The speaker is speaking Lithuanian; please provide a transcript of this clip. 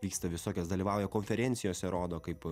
vyksta visokias dalyvauja konferencijose rodo kaip